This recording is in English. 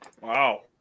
Wow